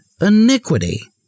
iniquity